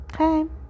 okay